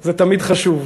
זה תמיד חשוב.